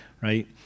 right